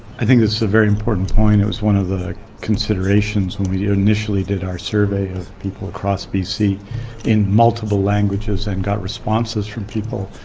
i think it's a very important point. as one of the considerations when we initially did our survey of people across bc in multiple languages and got responses from people,